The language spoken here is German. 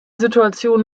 situation